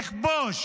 לכבוש